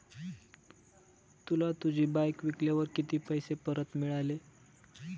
तुला तुझी बाईक विकल्यावर किती पैसे परत मिळाले?